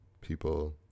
people